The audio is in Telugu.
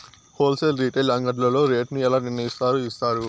హోల్ సేల్ రీటైల్ అంగడ్లలో రేటు ను ఎలా నిర్ణయిస్తారు యిస్తారు?